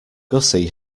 gussie